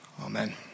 amen